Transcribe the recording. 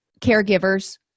caregivers